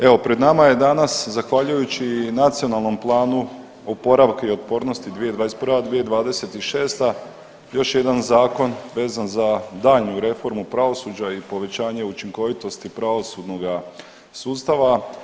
Evo pred nama je danas zahvaljujući Nacionalnom planu oporavka i otpornosti 2021.-2026. još jedan zakon vezan za daljnju reformu pravosuđa i povećanje učinkovitosti pravosudnoga sustava.